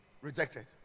rejected